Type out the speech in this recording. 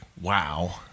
Wow